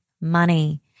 money